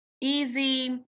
easy